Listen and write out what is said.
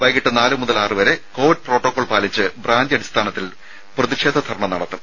വൈകിട്ട് നാല് മുതൽ ആറുവരെ കോവിഡ് പ്രോട്ടോകോൾ പാലിച്ച് ബ്രാഞ്ച് അടിസ്ഥാനത്തിൽ പ്രതിഷേധ ധർണ്ണ നടത്തും